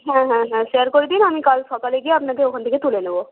হ্যাঁ হ্যাঁ হ্যাঁ শেয়ার করে দিন আমি কাল সকালে গিয়ে আপনাকে ওখান থেকে তুলে নেব